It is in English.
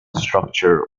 structure